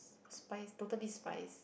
spies Totally Spies